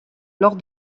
lors